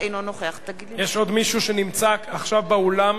אינו נוכח יש עוד מישהו שנמצא עכשיו באולם